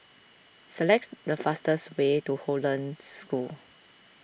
selects the fastest way to Hollandse School